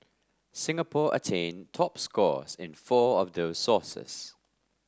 Singapore attained top scores in four of those sources